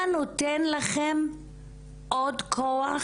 מה נותן לכן עוד כוח?